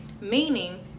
Meaning